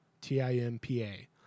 T-I-M-P-A